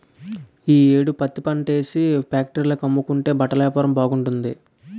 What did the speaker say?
ఈ యేడు పత్తిపంటేసి ఫేట్రీల కమ్ముకుంటే బట్టలేపారం బాగుంటాది